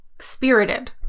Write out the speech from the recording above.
spirited